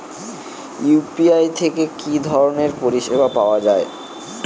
UPI থেকে কি ধরণের পরিষেবা পাওয়া য়ায়?